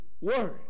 word